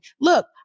look